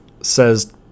says